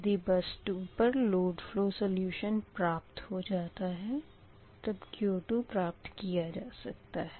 यदि बस 2 पर load flow solution प्राप्त हो जाता है तब Q2 प्राप्त किया जा सकता है